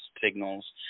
signals